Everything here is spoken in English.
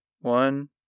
one